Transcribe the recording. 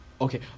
Okay